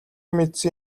мэдсэн